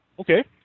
Okay